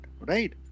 right